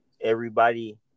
everybody-